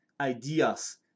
ideas